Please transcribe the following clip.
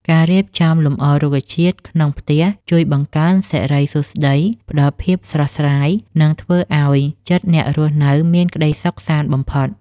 ការរៀបចំលម្អរុក្ខជាតិក្នុងផ្ទះជួយបង្កើនសិរីសួស្តី ផ្តល់ភាពស្រស់ស្រាយ និង ធ្វើឱ្យចិត្តអ្នករស់នៅមានក្តីសុខសាន្តបំផុត។